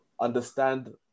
understand